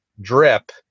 drip